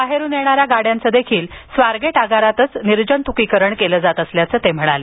बाहेरून येणाऱ्या गाड्यांचं देखील स्वारगेट आगारात निर्जंतुकीकरण केलं जात असल्याचं ते म्हणाले